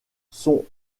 son